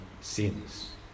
sins